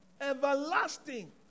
Everlasting